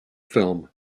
film